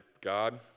God